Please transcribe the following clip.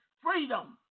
freedom